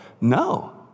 no